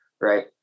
right